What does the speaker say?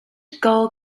gall